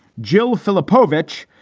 jill filipovic,